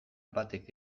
batek